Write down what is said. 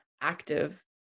active